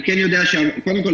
אני כן יודע קודם כול,